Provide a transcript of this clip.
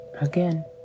Again